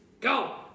Go